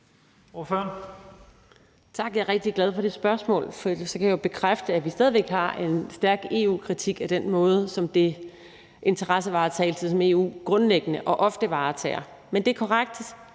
Mach (EL): Tak. Jeg er rigtig glad for det spørgsmål, for så kan jeg jo bekræfte, at vi stadig væk har en stærk kritik af den interessevaretagelse, som EU grundlæggende og ofte har. Men det er korrekt,